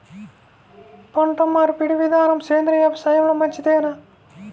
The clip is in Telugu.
పంటమార్పిడి విధానము సేంద్రియ వ్యవసాయంలో మంచిదేనా?